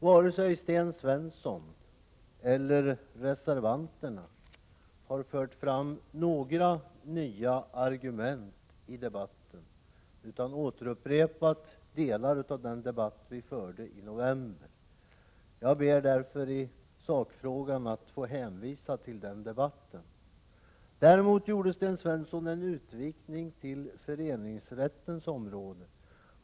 Varken Sten Svensson eller reservanterna har fört fram några nya argument utan upprepar delar av vad som då sades. Jag ber därför att i sakfrågan få hänvisa till den debatten. Däremot gjorde Sten Svensson en utvikning till föreningsrättens område.